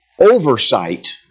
oversight